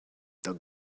that